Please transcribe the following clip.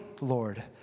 Lord